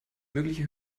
mögliche